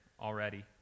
already